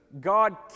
God